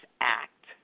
Act